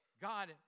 God